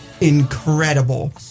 incredible